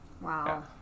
Wow